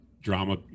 drama